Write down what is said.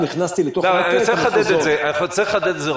אני רוצה לחדד את זה,